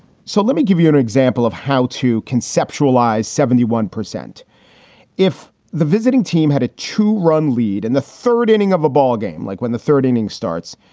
so let me give you an example of how to conceptualize seventy one percent if the visiting team had a two run lead in and the third inning of a ballgame, like when the third inning starts,